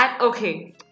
Okay